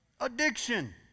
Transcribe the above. addiction